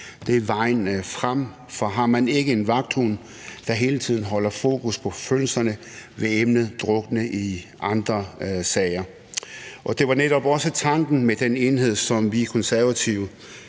Det er vejen frem. For har man ikke en vagthund, der hele tiden holder fokus på forfølgelserne, vil emnet drukne i andre sager. Og det var netop også tanken med den enhed, som De Konservative